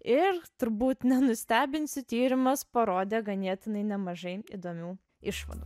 ir turbūt nenustebinsiu tyrimas parodė ganėtinai nemažai įdomių išvadų